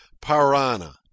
Parana